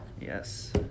yes